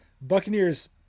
Buccaneers